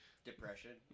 depression